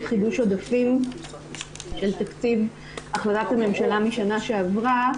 חידוש הבתים של תקציב הכרזת הממשלה מהשנה שעברה,